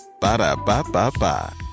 Ba-da-ba-ba-ba